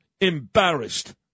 embarrassed